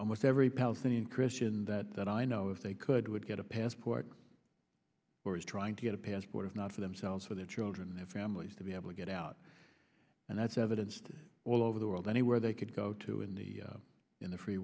almost every palestinian christian that i know if they could would get a passport or is trying to get a passport if not for themselves for their children and their families to be able to get out and that's evidenced all over the world anywhere they could go to and in the free